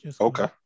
Okay